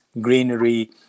greenery